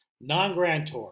Non-grantor